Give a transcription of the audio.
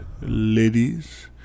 ladies